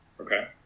Okay